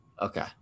Okay